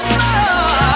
more